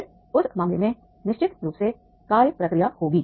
फिर उस मामले में निश्चित रूप से कार्य प्रक्रिया होगी